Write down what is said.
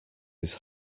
his